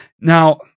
Now